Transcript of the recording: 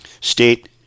State